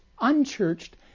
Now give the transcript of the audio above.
unchurched